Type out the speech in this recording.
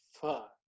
fuck